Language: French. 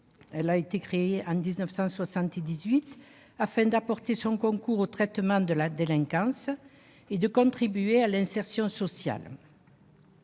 Elle a été créée en 1978 afin d'apporter son concours au traitement de la délinquance et de contribuer à l'insertion sociale.